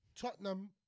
Tottenham